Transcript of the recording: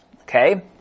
Okay